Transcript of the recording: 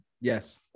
Yes